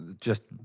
just,